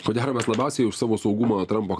ko gero mes labiausiai už savo saugumą trampo